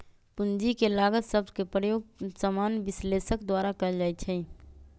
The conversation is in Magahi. पूंजी के लागत शब्द के प्रयोग सामान्य विश्लेषक द्वारा कएल जाइ छइ